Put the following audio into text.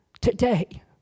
Today